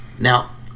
now